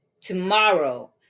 tomorrow